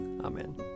Amen